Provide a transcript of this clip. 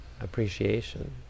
appreciation